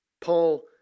Paul